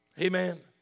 Amen